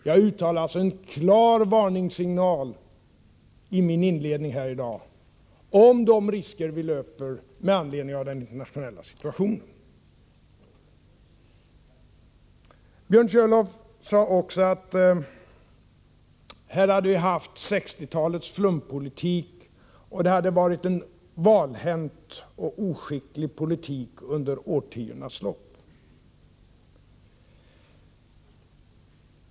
Jag har alltså i mitt inledningsanförande uttalat en klar varningssignal för de risker som vi löper med anledning av den internationella situationen. Björn Körlof sade också att vi har fört en flumpolitik under 1960-talet, att det har förts en valhänt och oskicklig politik under årtiondenas lopp.